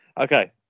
Okay